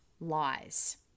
lies